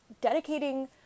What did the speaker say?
dedicating